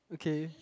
okay